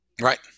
Right